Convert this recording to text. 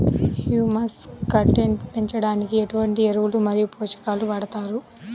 Humus content పెంచడానికి ఎటువంటి ఎరువులు మరియు పోషకాలను వాడతారు?